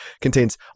contains